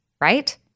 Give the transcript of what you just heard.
Right